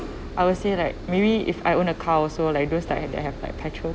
I will say like maybe if I own a car also like those like to have like petrol